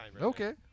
Okay